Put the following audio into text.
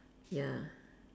ya